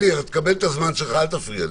אלי, אתה תקבל את הזמן שלך, רק אל תפריע לי.